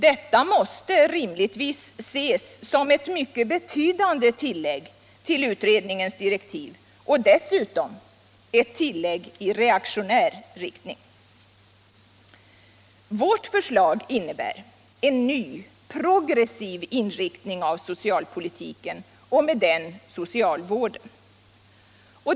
Detta måste rimligtvis ses som ett mycket betydande tillägg till utredningens direktiv, och dessutom ett tillägg i reaktionär riktning. Vårt förslag innebär en ny, progressiv inriktning av socialpolitiken och med den socialvården.